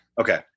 Okay